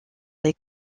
les